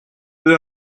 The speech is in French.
peu